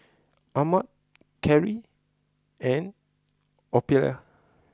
Ahmed Callie and Ophelia